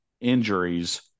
injuries